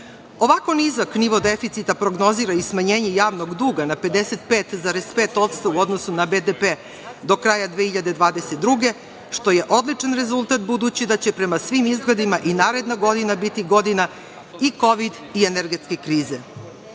Ovako nizak nivo deficita prognozira i smanjenje javnog duga na 55,5% u odnosu na BDP do kraja 2022. godine, što je odličan rezultat, budući da će prema svim izgledima i naredna godina biti godina i kovid i energetske krize. Ako